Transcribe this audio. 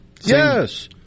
Yes